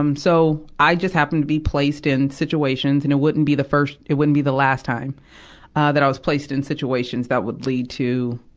um so, i just happened to be placed in situations and it wouldn't be the first, it wouldn't be the last time that i was placed in situations that would lead to,